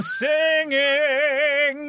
singing